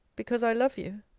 because i love you.